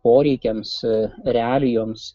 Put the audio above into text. poreikiams realijoms